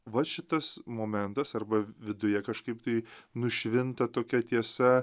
va šitas momentas arba viduje kažkaip tai nušvinta tokia tiesa